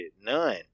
None